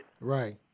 Right